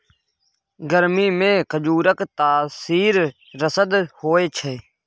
गरमीमे खजुरक तासीर सरद होए छै